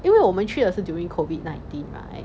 因为我们去的是 during COVID nineteen right